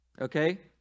Okay